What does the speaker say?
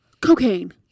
Cocaine